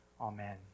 Amen